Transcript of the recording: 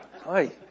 Hi